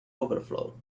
overflow